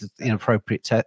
inappropriate